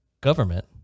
government